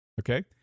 okay